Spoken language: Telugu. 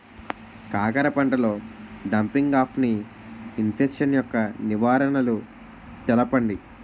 కాకర పంటలో డంపింగ్ఆఫ్ని ఇన్ఫెక్షన్ యెక్క నివారణలు తెలపండి?